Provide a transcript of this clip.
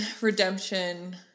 redemption